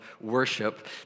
worship